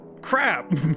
crap